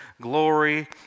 glory